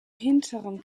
hinteren